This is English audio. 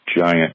giant